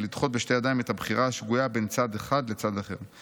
ולדחות בשתי ידיים את הבחירה השגויה בין צד אחד לצד אחר.